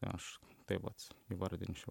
aš taip vat įvardinčiau